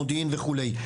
מודיעין וכולי.